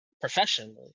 professionally